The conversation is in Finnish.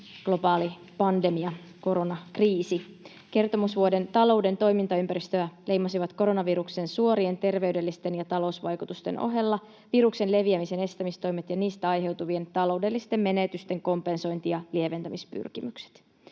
globaali pandemia, koronakriisi. Kertomusvuoden talouden toimintaympäristöä leimasivat koronaviruksen suorien terveydellisten ja talousvaikutusten ohella viruksen leviämisen estämistoimet ja niistä aiheutuvien taloudellisten menetysten kompensointi‑ ja lieventämispyrkimykset.